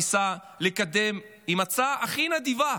ניסה לקדם עם ההצעה הכי נדיבה,